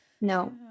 no